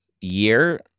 year